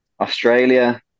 Australia